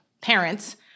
parents